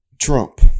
Trump